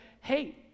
Hey